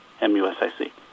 M-U-S-I-C